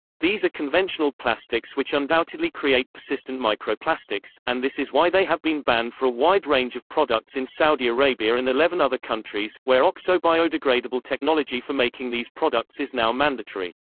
these are conventional plastics which undoubtedly create persistent microplastics, and this is why they have been banned for a wide range of products in saudi arabia and eleven other countries, where oxo-biodegradable technology for making these products is now mandatory.